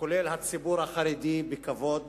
כולל הציבור החרדי, בכבוד,